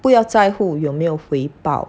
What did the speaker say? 不要在乎有没有回报